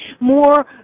more